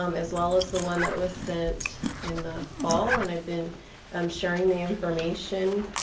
um as well as the one that was sent in the fall. and i've been um sharing the information